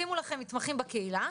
שימו לכם מתמחים בקהילה,